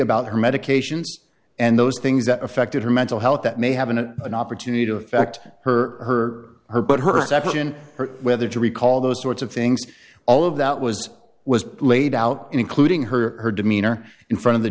about her medications and those things that affected her mental health that may have an opportunity to affect her her or her but her action whether to recall those sorts of things all of that was was laid out including her demeanor in front of the